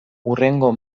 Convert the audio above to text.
hurrengo